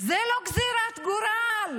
זה לא גזרת גורל.